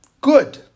good